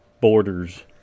borders